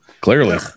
clearly